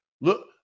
Look